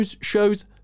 shows